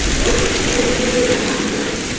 what did you cook for dinner last night?